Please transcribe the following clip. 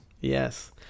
yes